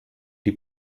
die